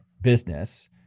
business